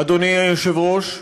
אדוני היושב-ראש,